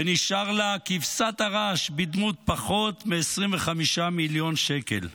ונשארה לה כבשת הרש בדמות פחות מ-25 מיליון שקל.